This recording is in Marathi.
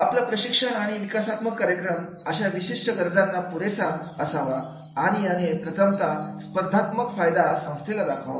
आपला प्रशिक्षण आणि विकासात्मक कार्यक्रम अशा विशिष्ट गरजांना पुरेसा असावा आणि याने प्रथमतः स्पर्धात्मक फायदा संस्थेला दाखवावा